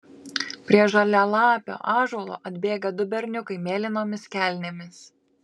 prie žalialapio ąžuolo atbėga du berniukai mėlynomis kelnėmis